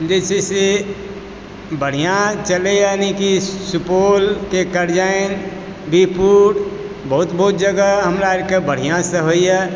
जे छै से बढ़िया चलैए यानि कि सुपौलके करजाइन बीरपुर बहुत बहुत जगह हमरा आरके बढ़ियासऽ होइए